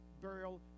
burial